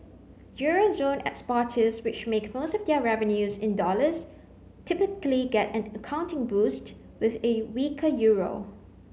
euro zone exporters which make most of their revenues in dollars typically get an accounting boost with a weaker euro